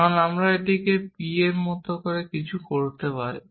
কারণ আপনি এটিকে p এর মতো কিছু করতে পারেন